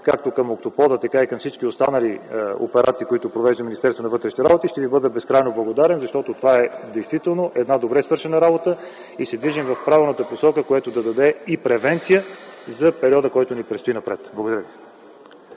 както към „Октопода”, така и за всички останали операции, които провежда Министерството на вътрешните работи. Ще Ви бъда безкрайно благодарен, защото това действително е една добре свършена работа. Движим се в правилната посока, която ще ни даде и превенция за периода, който предстои напред. Благодаря.